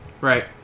right